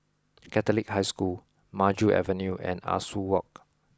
Catholic High School Maju Avenue and Ah Soo Walk